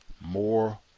more